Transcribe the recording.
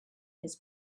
his